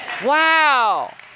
Wow